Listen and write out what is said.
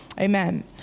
Amen